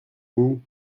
vous